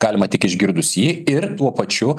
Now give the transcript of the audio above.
galima tik išgirdus jį ir tuo pačiu